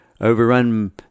overrun